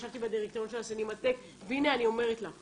ישבתי בדירקטוריון של הסינמטק והנה אני אומרת לך,